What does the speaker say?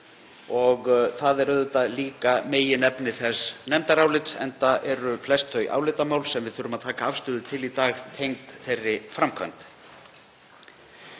og það er auðvitað líka meginefni þessa nefndarálits, enda eru flest þau álitamál sem við þurfum að taka afstöðu til í dag tengd þeirri framkvæmd.